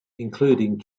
including